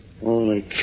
Holy